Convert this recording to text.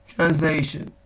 Translation